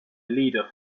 leader